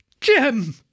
Jim